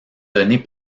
donnés